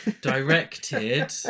directed